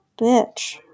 bitch